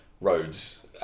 roads